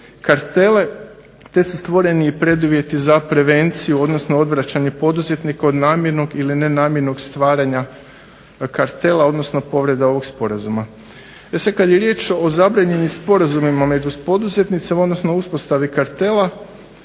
kartele, te su stvoreni i preduvjeti za prevenciju odnosno odvraćanje poduzetnika od namjernog ili nenamjernog stvaranja kartela odnosno povreda ovog Sporazuma. Te se kada je riječ o zabranjenim sporazumima među poduzetnicima odnosno uspostavi kartela,